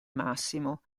massimo